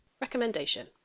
Recommendation